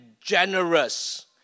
generous